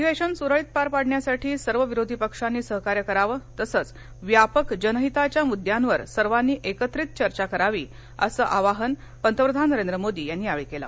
अधिवेशन सुरळीत पार पाडण्यासाठी सर्व विरोधी पक्षांनी सहकार्य करावं तसंच व्यापक जनहिताच्या मुद्द्यांवर सर्वांनी एकत्रित चर्चा करावी असं आवाहन पतप्रधान नरेंद्र मोदी यांनी यावेळी केलं